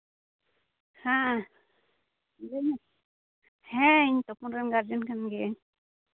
ᱦᱮᱸ ᱞᱟᱹᱭ ᱢᱮ ᱦᱮᱸ ᱤᱧ ᱛᱚᱯᱚᱱ ᱨᱮᱱ ᱜᱟᱨᱡᱮᱱ ᱠᱟᱱ ᱜᱤᱭᱟᱹᱧ